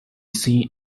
seen